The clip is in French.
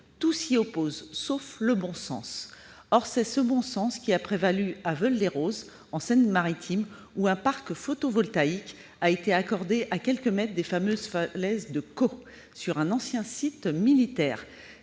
Tout s'y oppose, sauf le bon sens. Or c'est ce bon sens qui a prévalu à Veules-les-Roses, en Seine-Maritime, où un parc photovoltaïque a été installé à quelques mètres des fameuses falaises de Caux, sur un ancien site militaire.